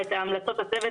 את ההמלצות של הצוות,